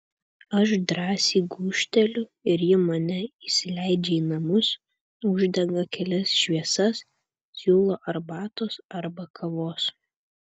aš drąsiai gūžteliu ir ji mane įsileidžia į namus uždega kelias šviesas siūlo arbatos arba kavos